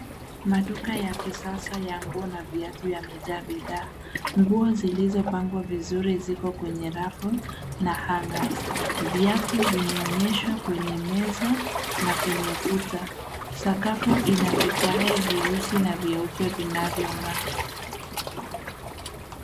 Maduka ya kisasa ya nguo na viatu yamejaa bidhaa. Nguo zilizopangwa vizuri ziko kwenye rafu na hangers . Viatu vimeonyeshwa kwenye meza na kwenye kuta. Sakafu ina vigae vyeusi na vyeupe vinavyong'aa.